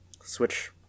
switch